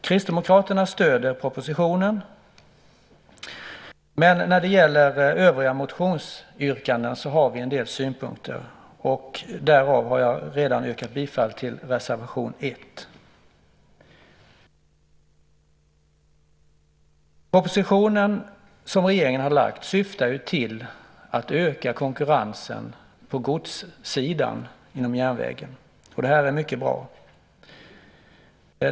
Kristdemokraterna stöder propositionen, men när det gäller övriga motionsyrkanden har vi en del synpunkter. Där har jag redan yrkat bifall till reservation 1. Propositionen som regeringen har lagt fram syftar till att öka konkurrensen på godssidan inom järnvägen. Det är mycket bra.